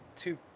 two